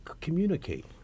communicate